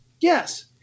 Yes